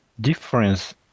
difference